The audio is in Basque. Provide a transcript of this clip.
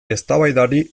eztabaidari